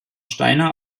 steiner